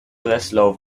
breslau